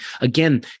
again